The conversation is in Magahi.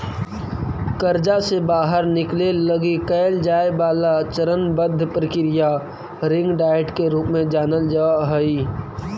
कर्जा से बाहर निकले लगी कैल जाए वाला चरणबद्ध प्रक्रिया रिंग डाइट के रूप में जानल जा हई